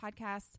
podcasts